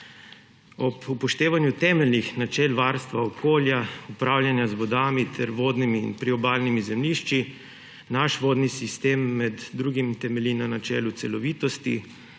Ob upoštevanju temeljnih načel varstva okolja, upravljanje z vodami ter vodnimi in priobalnimi zemljišči naš vodni sistem med drugim temelji na načelu celovitosti,